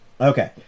Okay